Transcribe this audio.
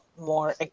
more